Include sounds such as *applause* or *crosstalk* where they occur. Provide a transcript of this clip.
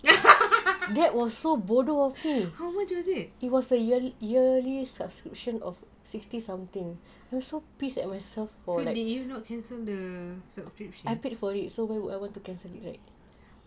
*laughs* how much was it so did you not cancel the subscription